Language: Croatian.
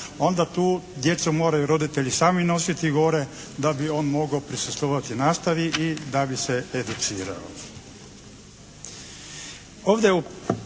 Onda tu djecu moraju roditelji sami nositi gore da bi on mogao prisustvovati nastavi i da bi se educirao.